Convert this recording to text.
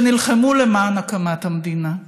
שנלחמו למען הקמת המדינה.